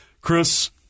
Chris